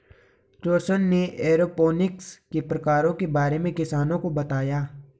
रौशन ने एरोपोनिक्स के प्रकारों के बारे में किसानों को बताया